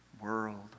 world